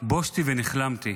בושתי ונכלמתי